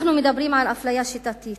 אנחנו מדברים על אפליה שיטתית,